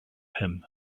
him